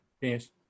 Yes